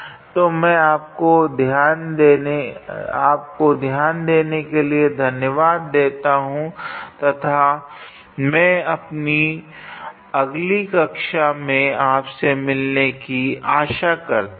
तो मैं आपको ध्यान देने के लिए धन्यवाद देता हूँ तथा मैं अगली कक्षा में आपसे मिलाने की आशा रखता हूँ